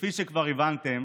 כפי שכבר הבנתם,